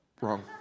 Wrong